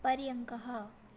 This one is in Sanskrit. पर्यङ्कः